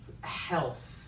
health